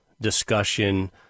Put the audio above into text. discussion